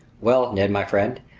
well, ned my friend,